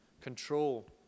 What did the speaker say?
control